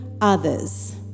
others